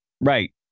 Right